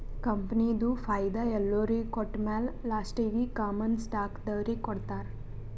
ಕಂಪನಿದು ಫೈದಾ ಎಲ್ಲೊರಿಗ್ ಕೊಟ್ಟಮ್ಯಾಲ ಲಾಸ್ಟೀಗಿ ಕಾಮನ್ ಸ್ಟಾಕ್ದವ್ರಿಗ್ ಕೊಡ್ತಾರ್